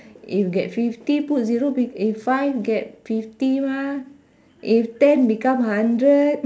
if get fifty put zero wi~ eh five get fifty mah if ten become hundred